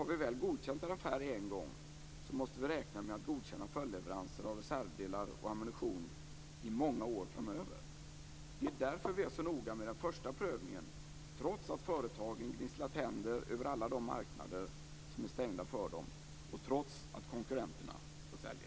Har vi väl godkänt en affär en gång måste vi räkna med att godkänna följdleveranser av reservdelar och ammunition under många år framöver. Det är därför som vi är så noga med den första prövningen, trots att företagen gnisslar tänder över alla de marknader som är stängda för dem och trots att konkurrenterna får sälja.